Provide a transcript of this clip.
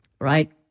Right